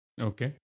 Okay